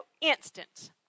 instant